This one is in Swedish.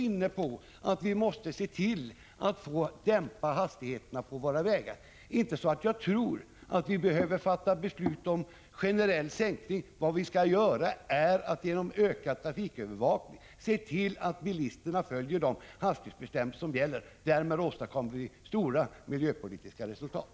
Vi måste också se till att dämpa hastigheterna på vägarna, men jag tror inte att vi behöver fatta beslut om en generell sänkning. Vad vi skall göra är att genom ökad trafikövervakning se till att bilisterna följer de hastighetsbestämmelser som gäller, och därmed åstadkommer vi goda miljöpolitiska resultat.